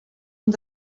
uns